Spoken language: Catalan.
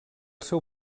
seu